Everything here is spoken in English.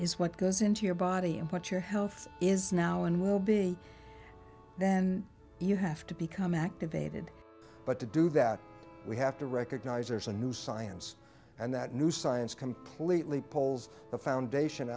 is what goes into your body and put your health is now and will be then you have to become activated but to do that we have to recognize there's a new science and that new science completely poles the foundation